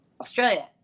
Australia